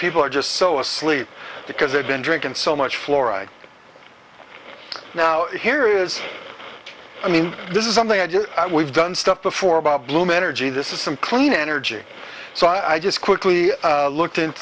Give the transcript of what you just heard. people are just so asleep because they've been drinking so much fluoride now here is i mean this is something i do we've done stuff before bob bloom energy this is some clean energy so i just quickly looked and